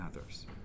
others